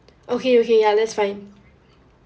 okay okay ya that's fine